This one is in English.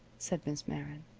said miss meron.